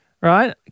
right